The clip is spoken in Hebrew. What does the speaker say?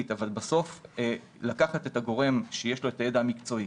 אבל בסוף לקחת את הגורם שיש לו ידע מקצועי